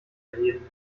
erheben